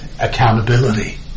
accountability